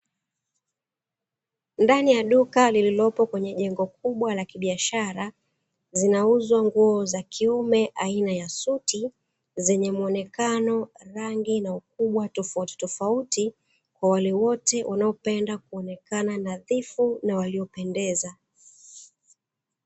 Ndani ya duka llililopo kwenye jengo kubwa la kibiashara zinauza nguo zakiume aina ya suti, zenye muonekano rangi na mkubwa tofauti tofauti kwa wale wote wanaopenda kuonekana nadhifu na waliopendeza.